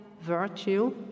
virtue